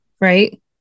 right